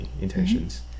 intentions